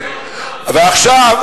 לא.